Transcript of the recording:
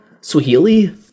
Swahili